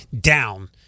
down